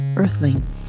earthlings